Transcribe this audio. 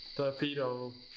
the fee-oh.